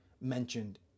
mentioned